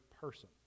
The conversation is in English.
person